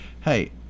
hey